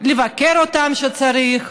לבקר אותם כשצריך,